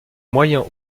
moyen